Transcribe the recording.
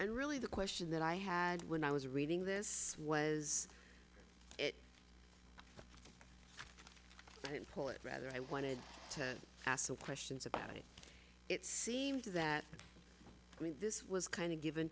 and really the question that i had when i was reading this was it i didn't pull it rather i wanted to ask questions about it it seemed that this was kind of given